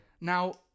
now